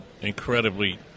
incredibly